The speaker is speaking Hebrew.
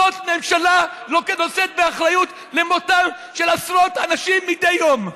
זאת ממשלה שנושאת באחריות למותם של עשרות אנשים מדי יום.